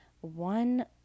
one